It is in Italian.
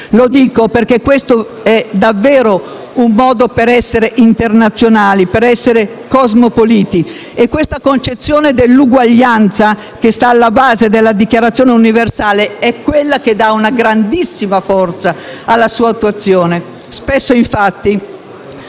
Lo dico perché questo è davvero un modo per essere internazionali e cosmopoliti. È la concezione dell'uguaglianza che sta alla base della Dichiarazione universale a dare una grandissima forza alla sua attuazione. Spesso, infatti,